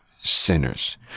sinners